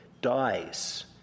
dies